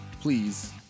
please